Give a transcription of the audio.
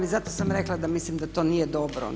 I zato sam rekla da mislim da to nije dobro.